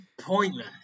pointless